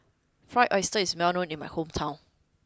Fried Oyster is well known in my hometown